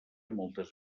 moltes